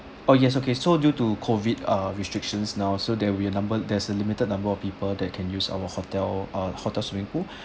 oh yes okay so due to COVID uh restrictions now so there'll be a number there's a limited number of people that can use our hotel ah hotel swimming pool